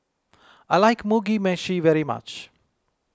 I like Mugi Meshi very much